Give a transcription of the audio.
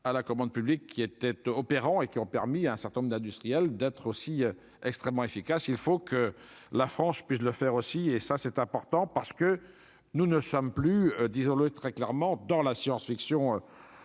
à la commande publique qui était opérant et qui ont permis à un certain nombre d'industriels, d'être aussi extrêmement efficace, il faut que la France puisse le faire aussi, et ça c'est important parce que nous ne sommes plus disons-le très clairement dans la science-fiction